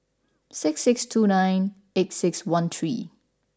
six six two nine eight six one three